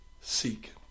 seek